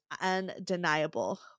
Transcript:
undeniable